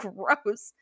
Gross